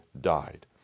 died